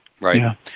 Right